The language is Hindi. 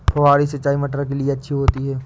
फुहारी सिंचाई मटर के लिए अच्छी होती है?